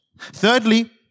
Thirdly